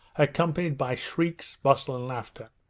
accompanied by shrieks, bustle, and laughter.